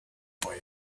boy